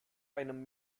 einem